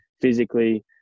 physically